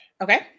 Okay